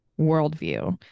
worldview